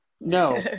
No